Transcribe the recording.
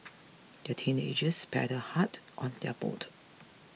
the teenagers paddled hard on their boat